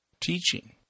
Teaching